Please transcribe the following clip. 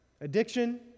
Addiction